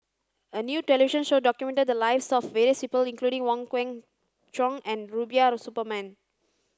a new television show documented the lives of various people including Wong Kwei Cheong and Rubiah Suparman